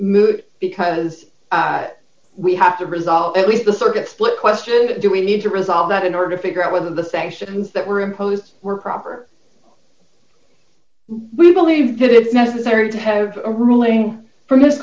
moot because we have to resolve at least the circuit split question do we need to resolve that in order to figure out whether the sanctions that were imposed were proper we believe that it's necessary to have a ruling fro